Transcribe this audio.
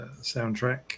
soundtrack